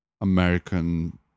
american